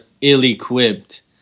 ill-equipped